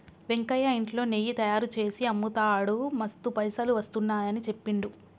వెంకయ్య ఇంట్లో నెయ్యి తయారుచేసి అమ్ముతాడు మస్తు పైసలు వస్తున్నాయని చెప్పిండు